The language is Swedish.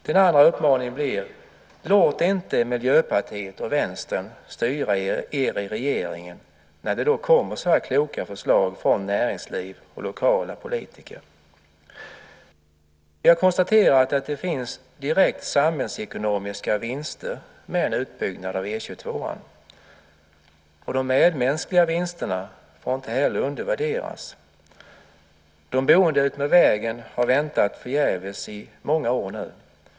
Den andra uppmaningen blir: Låt inte Miljöpartiet och Vänstern styra er i regeringen när det kommer sådana kloka förslag från näringsliv och lokala politiker! Vi har konstaterat att det finns direkta samhällsekonomiska vinster med en utbyggnad av E 22. De medmänskliga vinsterna får inte heller undervärderas. De boende utmed vägen har väntat förgäves i många år nu.